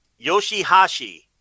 Yoshihashi